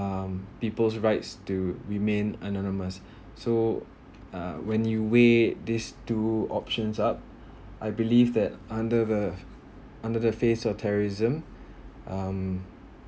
um people's rights to remain anonymous so uh when you weigh this two options up i believe that under the under the face of terrorism um